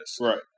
Right